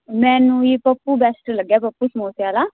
ਮੈਨੂੰ ਜੀ ਪੱਪੂ ਬੈਸਟ ਲੱਗਿਆ ਪੱਪੂ ਸਮੋਸਿਆਂ ਵਾਲਾ